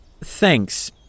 Thanks